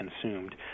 consumed